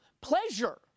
pleasure